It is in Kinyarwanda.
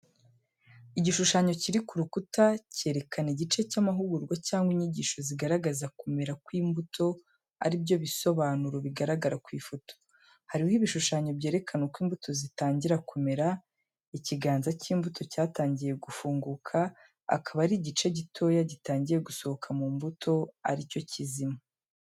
Igishushanyo kiri ku rukuta, cyerekana igice cy’amahugurwa cyangwa inyigisho zigaragaza kumera kw’imbuto ari byo bisobanuro bigaragara ku ifoto. Hariho ibishushanyo byerekana uko imbuto zitangira kumera, ikiganza cy’imbuto cyatangiye gufunguka, akaba ari igice gitoya gitangiye gusohoka mu mbuto, ari cyo kizima.